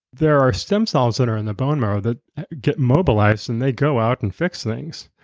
there are stem cells that are in the bone marrow that get mobilized and they go out and fix things.